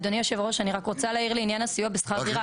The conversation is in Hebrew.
אדוני יושב-הראש אני רק רוצה להעיר לעניין הסיוע בשכר דירה.